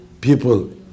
people